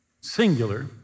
singular